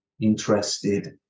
interested